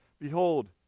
Behold